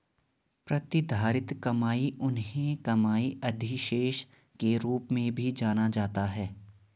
प्रतिधारित कमाई उन्हें कमाई अधिशेष के रूप में भी जाना जाता है